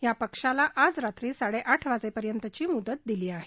या पक्षाला आज रात्री साडे आठ वाजेपर्यंतची मुदत दिली आहे